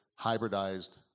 hybridized